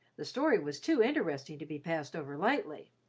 the story was too interesting to be passed over lightly,